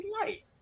Light